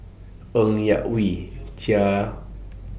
Ng Yak Whee Chia